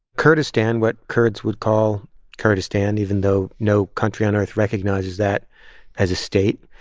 kurdistan what kurds would call kurdistan, even though no country on earth recognizes that as a state,